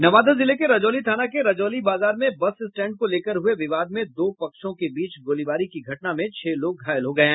नवादा जिले के रजौली थाना के रजौली बाजार में बस स्टैंड को लेकर हुए विवाद में दो पक्षों के बीच हुई गोलीबारी की घटना में छह लोग घायल हो गए हैं